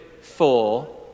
four